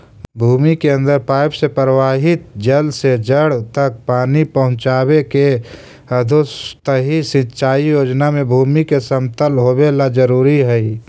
भूमि के अंदर पाइप से प्रवाहित जल से जड़ तक पानी पहुँचावे के अधोसतही सिंचाई योजना में भूमि के समतल होवेला जरूरी हइ